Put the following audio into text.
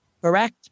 Correct